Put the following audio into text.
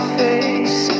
face